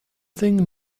thing